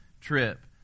trip